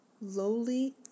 lowly